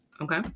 okay